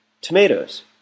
Tomatoes